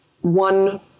one